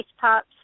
pops